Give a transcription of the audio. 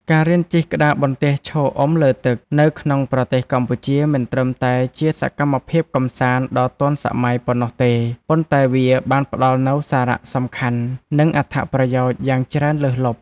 ការរៀនជិះក្តារបន្ទះឈរអុំលើទឹក នៅក្នុងប្រទេសកម្ពុជា មិនត្រឹមតែជាសកម្មភាពកម្សាន្តដ៏ទាន់សម័យប៉ុណ្ណោះទេ ប៉ុន្តែវាបានផ្ដល់នូវសារៈសំខាន់ និងអត្ថប្រយោជន៍យ៉ាងច្រើនលើសលប់។